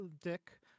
Dick